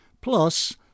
plus